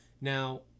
Now